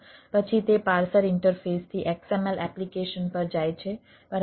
પછી તે પાર્સર ઇન્ટરફેસથી XML એપ્લિકેશન પર જાય છે બરાબર